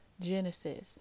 Genesis